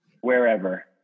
Wherever